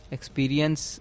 Experience